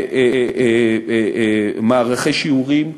מערכי שיעורים,